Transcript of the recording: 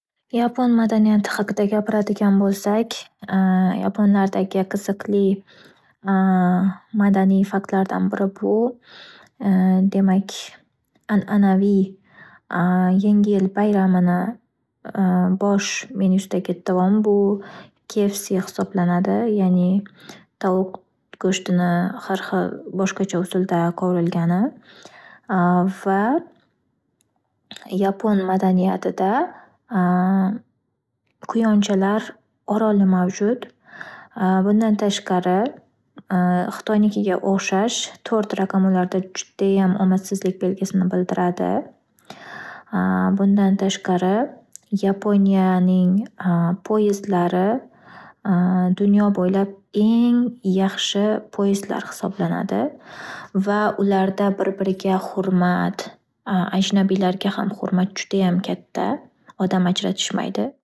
Yapon madaniyati xaqida gapiradigan bo’lsak, yaponlardagi qizilqli madaniy faktlardan biri bu an'anaviy yangi yil bayramini bosh menyusidagi taom bu kfs hisoblanadi ya'ni tovuq go'shtini har xil boshqacha usulda qovurilgani va yapon madaniyatida quyonchalar oroli mavjud. Bundan tashqari xitoynikiga o'xshash to'rt raqami judayam omadsizlik belgisini bildiradi. Bundan tashqari yaponiyaning poyezdlari dunyo bo'ylab eng yaxshi poyezdlar hisoblanadi va ularda bir biriga hurmat ajnabiylarga ham hurmat katta, odam ajratishmaydi.